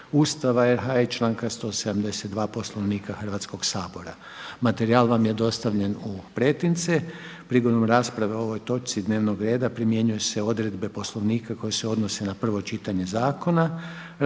Ustava RH i članka 172. Poslovnika Hrvatskog sabora. Materijal vam je dostavljen u pretince. Prigodom rasprave o ovoj točci dnevnog reda primjenjuju se odredbe Poslovnika koje se odnose na prvo čitanje zakona. Raspravu